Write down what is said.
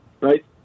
right